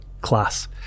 class